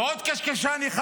ועוד קשקשן אחד,